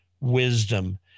wisdom